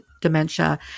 dementia